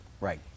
right